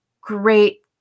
great